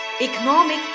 economic